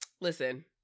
listen